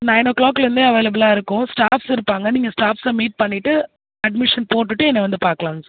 nine ஓ கிளாக்லேர்ந்தே அவைலபிளாக இருக்கும் ஸ்டாஃப்ஸ் இருப்பாங்க நீங்கள் ஸ்டாஃப்ஸை மீட் பண்ணிவிட்டு அட்மிஷன் போட்டுவிட்டு என்ன வந்து பார்க்கலாங்க சார்